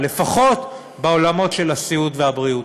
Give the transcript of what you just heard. לפחות בעולמות של הסיעוד והבריאות.